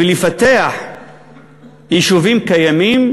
ולפתח יישובים קיימים,